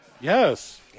Yes